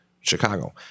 Chicago